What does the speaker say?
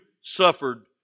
suffered